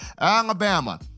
Alabama